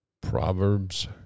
Proverbs